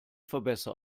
verbessert